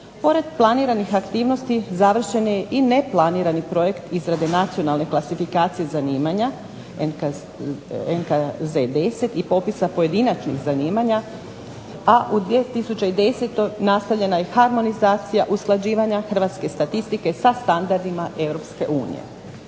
Pored planiranih aktivnosti završen je i neplanirani projekt izrade nacionalne klasifikacije zanimanja NKZ 10 i popis pojedinačnih zanimanja, a u 2010. nastavljena je harmonizacija usklađivanja hrvatske statistike sa standardima